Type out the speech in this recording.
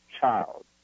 child